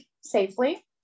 safely